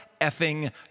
effing